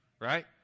right